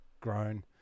grown